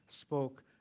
spoke